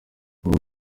umwe